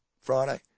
Friday